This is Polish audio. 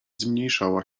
zmniejszała